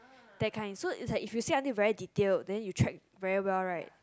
that kind so is like if you say until very detail then you track very well right